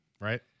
Right